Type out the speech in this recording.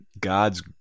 God's